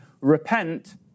Repent